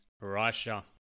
Russia